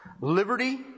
liberty